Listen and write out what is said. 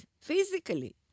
physically